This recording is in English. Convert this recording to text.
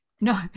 no